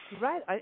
Right